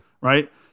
right